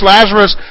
Lazarus